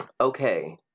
Okay